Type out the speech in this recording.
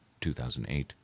2008